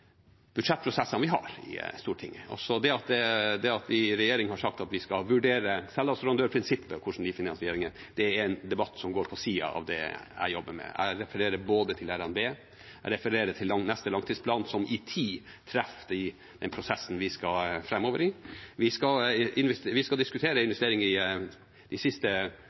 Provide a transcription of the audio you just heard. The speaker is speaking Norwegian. budsjettprosessene vi har i Stortinget. Og det at regjeringen har sagt at man skal vurdere selvassurandørprinsippet i forbindelse med finansieringen – det er en debatt som går på siden av det jeg jobber med. Jeg refererer til revidert nasjonalbudsjett, og jeg refererer til neste langtidsplan, som i tid treffer den prosessen vi skal inn i framover. Vi skal diskutere investering i de siste